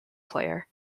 player